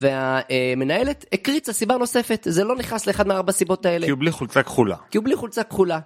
והמנהלת הקריצה סיבה נוספת, זה לא נכנס לאחד מהארבע סיבות האלה. כי הוא בלי חולצה כחולה. כי הוא בלי חולצה כחולה.